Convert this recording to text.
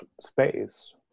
space